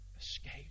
escape